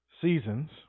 seasons